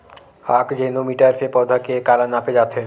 आकजेनो मीटर से पौधा के काला नापे जाथे?